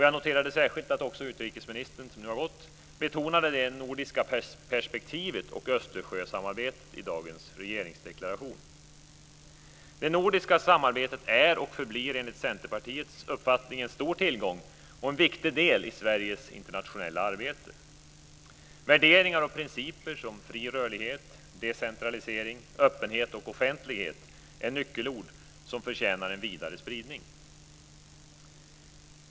Jag noterade särskilt att också utrikesministern, som nu har gått, betonade det nordiska perspektivet och Östersjösamarbetet i dagens regeringsdeklaration. Det nordiska samarbetet är och förblir enligt Centerpartiets uppfattning en stor tillgång och en viktig del i Sveriges internationella arbete. Värderingar och principer som fri rörlighet, decentralisering, öppenhet och offentlighet är nyckelord som förtjänar en vidare spridning.